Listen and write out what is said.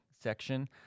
section